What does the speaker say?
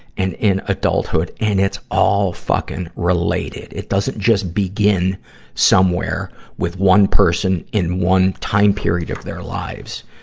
and in adulthood. and it's all fucking related. it doesn't just begin somewhere with one person in one time period of their lives.